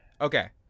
Okay